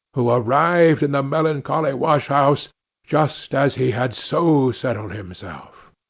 who arrived in the melancholy wash-house just as he had so settled himself.